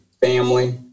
family